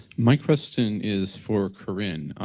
my question is for corinne.